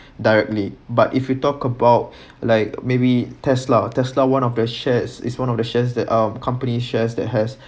directly but if we talk about like maybe Tesla Tesla one of their shares is one of the shares that are company shares that has